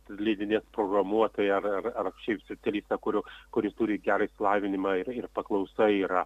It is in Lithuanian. atleidinės programuotoją ar ar ar šiaip specialistą kurio kuris turi gerą išsilavinimą ir ir paklausa yra